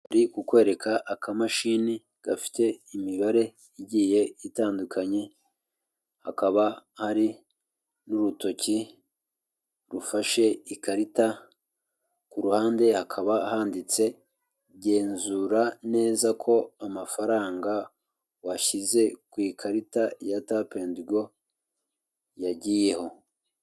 Ari kukwereka akamashini gafite imibare igiye itandukanye hakaba hari n'urutoki rufashe ikarita ku ruhande hakaba handitse, genzura neza ko amafaranga washyize ku ikarita ya tapu endi go yagiyeho.